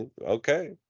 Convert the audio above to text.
okay